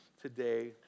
today